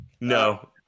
No